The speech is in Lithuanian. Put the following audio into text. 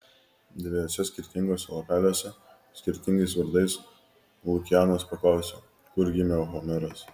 dviejuose skirtinguose lapeliuose skirtingais vardais lukianas paklausė kur gimė homeras